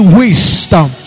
wisdom